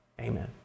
Amen